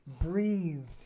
breathed